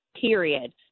period